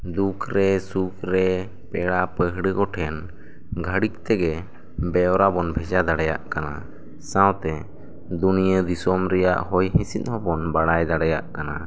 ᱫᱩᱠ ᱨᱮ ᱥᱩᱠ ᱨᱮ ᱯᱮᱲᱟ ᱯᱟᱹᱲᱦᱟᱹ ᱠᱚᱴᱷᱮᱱ ᱜᱷᱟᱹᱲᱤᱠ ᱛᱮᱜᱮ ᱵᱮᱣᱨᱟ ᱵᱚᱱ ᱵᱷᱮᱡᱟ ᱫᱟᱲᱮᱭᱟᱜ ᱠᱟᱱᱟ ᱥᱟᱶᱛᱮ ᱫᱩᱱᱭᱟᱹ ᱫᱤᱥᱚᱢ ᱨᱮᱭᱟᱜ ᱦᱚᱭ ᱦᱤᱥᱤᱫ ᱦᱚᱸᱵᱚᱱ ᱵᱟᱲᱟᱭ ᱫᱟᱲᱮᱭᱟᱜ ᱠᱟᱱᱟ